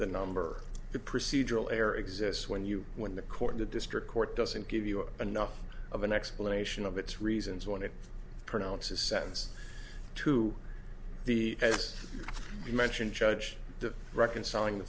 the number the procedural error exists when you when the court the district court doesn't give you enough of an explanation of its reasons when it pronounces sense to the as you mentioned judge the reconciling